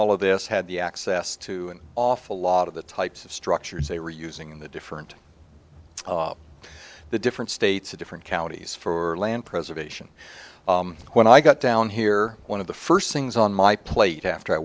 all of this had the access to an awful lot of the types of structures they were using in the different the different states the different counties for land preservation when i got down here one of the first things on my plate after i